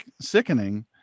sickening